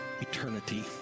eternity